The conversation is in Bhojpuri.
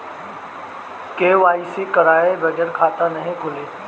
के.वाइ.सी करवाये बगैर खाता नाही खुली?